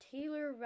Taylor